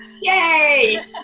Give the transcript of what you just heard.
yay